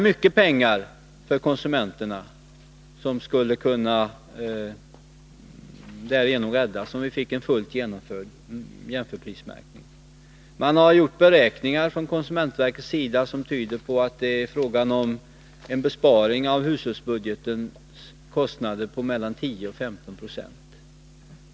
Mycket pengar skulle kunna räddas för konsumenterna, om vi fick en fullt genomförd jämförprismärkning. Konsumentverket har gjort en beräkning som tyder på att det är fråga om en besparing av kostnader inom hushållens budget på mellan 10 och 15 96.